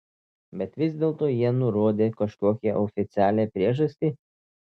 bet vis dėlto jie nurodė kažkokią oficialią priežastį